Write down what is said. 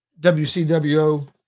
WCWO